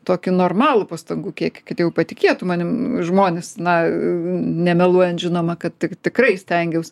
tokį normalų pastangų kiekį kad jau patikėtų manim žmonės na nemeluojant žinoma kad ti tikrai stengiausi